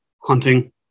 hunting